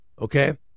Okay